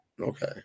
okay